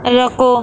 رکو